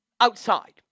Outside